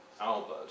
Albert